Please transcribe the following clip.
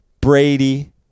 Brady